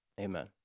amen